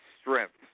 Strength